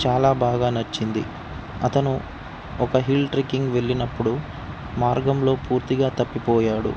చాలా బాగా నచ్చింది అతను ఒక హిల్ ట్రెక్కింగ్ వెళ్ళినప్పుడు మార్గంలో పూర్తిగా తప్పిపోయాడు